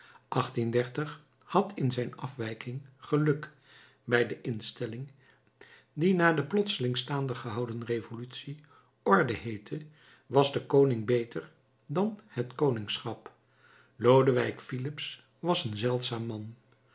had in zijn afwijking geluk bij de instelling die na de plotseling staande gehouden revolutie orde heette was de koning beter dan het koningschap lodewijk filips was een zeldzaam man